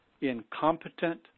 incompetent